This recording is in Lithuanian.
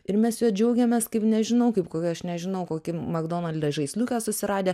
ir mes juo džiaugiamės kaip nežinau kaip kokia aš nežinau kokį magdonalde žaisliuką susiradę